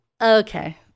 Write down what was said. okay